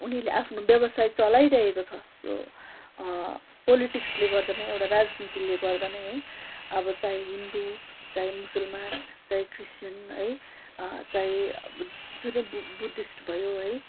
उनीहरूले आफ्नो व्यवसाय चलाइरहेको छ त्यो पोलिटिक्सले गर्दा नै एउटा राजनीतिले गर्दा नै है अब चाहे हिन्दू चाहे मुसलमान चाहे क्रिस्टियन है चाहे जुनै बु बुद्धिस्ट भयो है